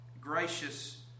gracious